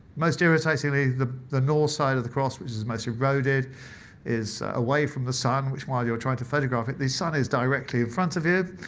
most irritatingly, the the north side of the cross which is mostly eroded is away from the sun, which while you're trying to photograph it, the sun is directly in front of you.